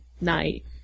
night